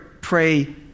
pray